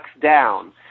down